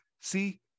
see